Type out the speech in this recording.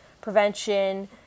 prevention